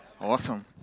Awesome